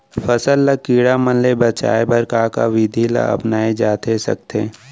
फसल ल कीड़ा मन ले बचाये बर का का विधि ल अपनाये जाथे सकथे?